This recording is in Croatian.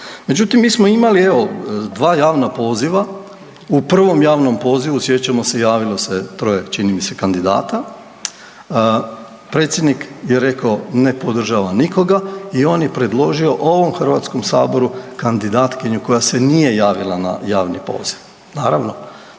Međutim, mi smo imali, evo, dva javna poziva, u prvom javnom pozivu, sjećamo se, javilo se troje, čini mi se, kandidata, predsjednik je rekao ne podržava nikoga i on je predložio ovom HS-u kandidatkinju koja se nije javila na javni poziv.